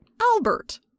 Albert